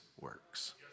works